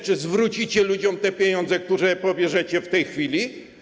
Czy zwrócicie ludziom te pieniądze, które pobieracie w tej chwili?